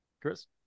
Chris